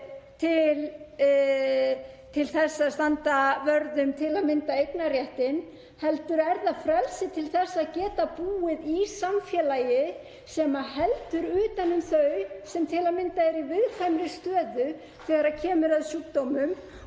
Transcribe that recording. til þess að standa vörð um til að mynda eignarréttinn heldur er það líka frelsi til þess að geta búið í samfélagi sem heldur utan um þau sem eru í viðkvæmri stöðu þegar kemur að sjúkdómum.